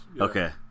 Okay